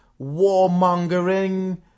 warmongering